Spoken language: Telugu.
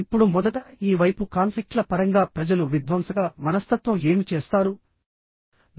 ఇప్పుడు మొదట ఈ వైపు కాన్ఫ్లిక్ట్ల పరంగా ప్రజలు విధ్వంసక మనస్తత్వం ఏమి చేస్తారు